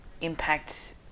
impact